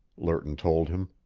lerton told him.